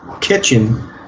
kitchen